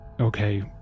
Okay